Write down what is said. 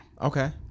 Okay